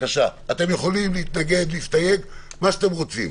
אתם יכולים להתנגד, להסתייג, מה שאתם רוצים.